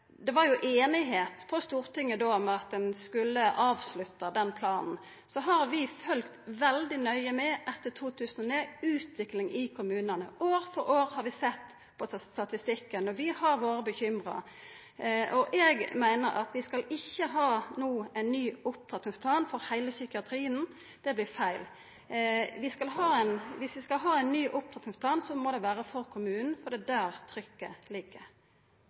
det var einigheit på Stortinget då om at ein skulle avslutta den planen. Så har vi følgt veldig nøye med etter 2009 på utviklinga i kommunane. År for år har vi sett på statistikken, og vi har vore bekymra. Eg meiner at vi ikkje skal ha ein ny opptrappingsplan for heile psykiatrien no. Det vert feil. Viss vi skal ha ein ny opptrappingsplan, må det vera for kommunen, for det er der trykket ligg.